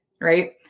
right